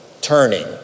turning